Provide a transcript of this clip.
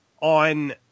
on